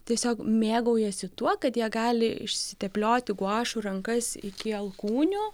tiesiog mėgaujasi tuo kad jie gali išsiteplioti guašu rankas iki alkūnių